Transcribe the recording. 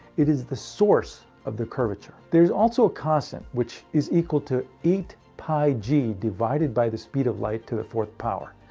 it is the source of the curvature. there is also a constant which is equal to eight pi g divided by the speed of light to the fourth power.